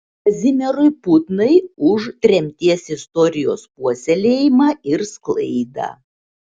kazimierui putnai už tremties istorijos puoselėjimą ir sklaidą